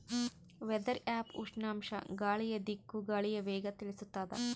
weather app ಉಷ್ಣಾಂಶ ಗಾಳಿಯ ದಿಕ್ಕು ಗಾಳಿಯ ವೇಗ ತಿಳಿಸುತಾದ